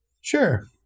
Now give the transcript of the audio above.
Sure